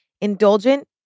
Indulgent